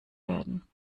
werden